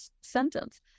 sentence